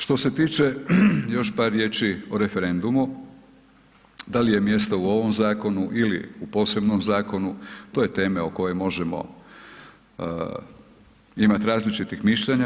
Što se tiče, još par riječi o referendumu, da li je mjesto u ovom zakonu ili u posebnom zakonu, to je tema o kojoj možemo imati različitih mišljenja.